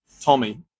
Tommy